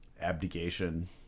abdication